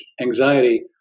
anxiety